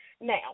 now